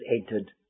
entered